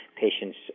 Patients